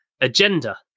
agenda